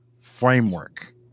framework